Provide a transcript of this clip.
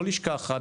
לא לשכה אחת,